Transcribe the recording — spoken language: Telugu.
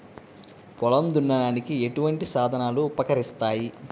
పొలం దున్నడానికి ఎటువంటి సాధనలు ఉపకరిస్తాయి?